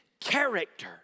character